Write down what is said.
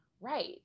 right